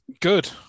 Good